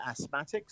asthmatics